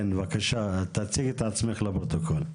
כן, בבקשה, תציגי את עצמך לפרוטוקול.